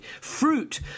fruit